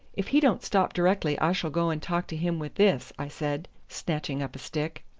if he don't stop directly i shall go and talk to him with this, i said, snatching up a stick.